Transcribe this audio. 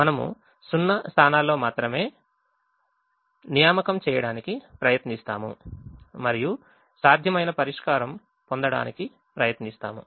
మనము 0 స్థానాల్లో మాత్రమే పనులను చేయడానికి ప్రయత్నిస్తాము మరియు సాధ్యమైన పరిష్కారం పొందడానికి ప్రయత్నిస్తాము